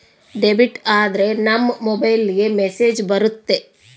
debit ಆದ್ರೆ ನಮ್ ಮೊಬೈಲ್ಗೆ ಮೆಸ್ಸೇಜ್ ಬರುತ್ತೆ